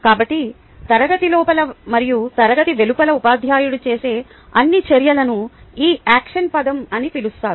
కాబట్టి తరగతి లోపల మరియు తరగతి వెలుపల ఉపాధ్యాయుడు చేసే అన్ని చర్యలను ఈ యాక్షన్ పదం అని పిలుస్తారు